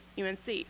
UNC